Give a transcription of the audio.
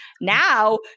Now